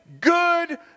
good